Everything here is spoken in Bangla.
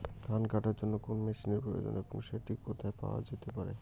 ধান কাটার জন্য কোন মেশিনের প্রয়োজন এবং সেটি কোথায় পাওয়া যেতে পারে?